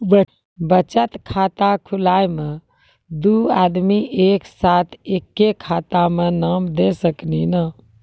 बचत खाता खुलाए मे दू आदमी एक साथ एके खाता मे नाम दे सकी नी?